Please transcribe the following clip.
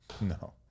no